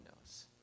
knows